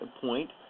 point